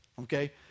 okay